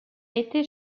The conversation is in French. été